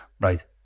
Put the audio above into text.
Right